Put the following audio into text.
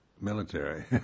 military